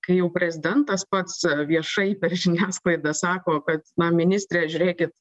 kai jau prezidentas pats viešai per žiniasklaidą sako kad na ministre žiūrėkit